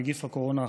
נגיף הקורונה החדש)